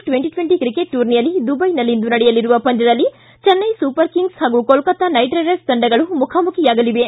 twenty twenty cricket ಟೂರ್ನಿಯಲ್ಲಿ ದುಬೈನಲ್ಲಿಂದು ನಡೆಯಲಿರುವ ಪಂದ್ಲದಲ್ಲಿ ಚೆನ್ನೈ ಸೂಪರ್ ಕಿಂಗ್ಲ್ ಹಾಗೂ ಕೋಲ್ಲತ್ತ ನೈಡ್ ರೈಡರ್ಸ್ ತಂಡಗಳು ಮುಖಾಮುಖಿಯಾಗಲಿವೆ